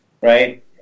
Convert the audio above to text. right